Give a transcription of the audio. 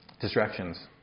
distractions